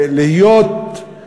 להיות